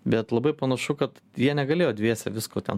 bet labai panašu kad jie negalėjo dviese visko ten